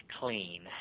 clean